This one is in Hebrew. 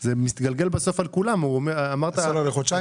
זה מתגלגל בסוף על כולם --- הסולר לחודשיים,